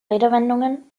redewendungen